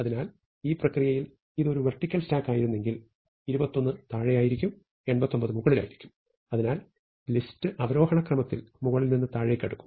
അതിനാൽ ഈ പ്രക്രിയയിൽ ഇത് ഒരു വെർട്ടിക്കൽ സ്റ്റാക്ക് ആയിരുന്നെങ്കിൽ 21 താഴെയായിരിക്കും 89 മുകളിലായിരിക്കും അതിനാൽ ലിസ്റ്റ് അവരോഹണ ക്രമത്തിൽ മുകളിൽ നിന്ന് താഴേക്ക് അടുക്കും